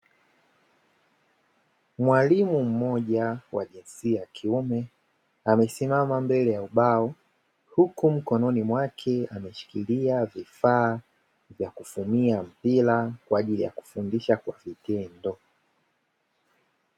Mwalimu mmoja wa jinsia ya kiume, amesimama mbele ya ubao, huku mkononi mwake ameshikilia vifa vya kufumia mpira kwa ajili ya kufundisha kwa vitendo.